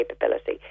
capability